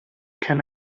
can